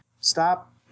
stop